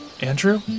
Andrew